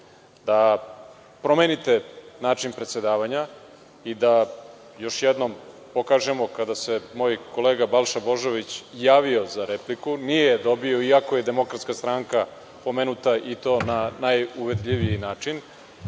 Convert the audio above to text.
primedbom. Promenite način predsedavanja i da još jednom pokažemo kada se moj kolega Balša Božović javio za repliku nije dobio, iako je DS pomenuta i to na najuvredljiviji način,